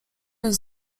jest